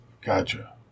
Gotcha